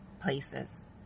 places